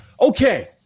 okay